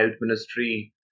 ministry